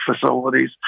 facilities